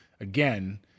Again